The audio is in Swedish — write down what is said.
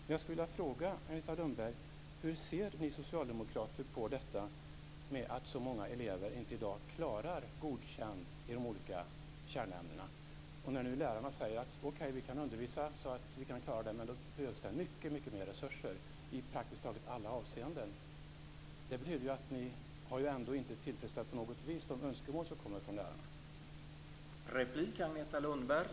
Men jag skulle vilja fråga Agneta Lundberg: Hur ser ni socialdemokrater på detta att så många elever i dag inte klarar godkänt i de olika kärnämnena? Nu säger lärarna: Okej, vi kan undervisa så att vi kan klara det. Men då behövs det mycket mer resurser i praktiskt taget alla avseenden. Det betyder ju ändå att ni inte på något vis har tillfredsställt de önskemål som kommer från lärarna.